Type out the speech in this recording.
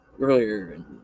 earlier